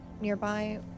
nearby